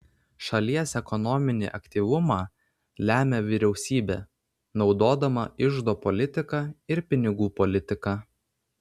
šalies ekonominį aktyvumą lemia vyriausybė naudodama iždo politiką ir pinigų politiką